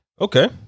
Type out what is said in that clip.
Okay